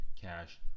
cash